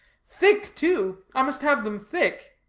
thick, too i must have them thick.